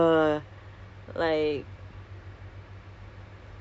my brother pun nak kahwin kan end of december I I hope